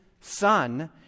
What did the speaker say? son